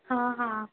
हां हां